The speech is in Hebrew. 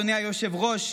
אדוני היושב-ראש,